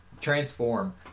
transform